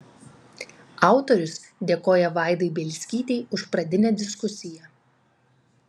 autorius dėkoja vaidai bielskytei už pradinę diskusiją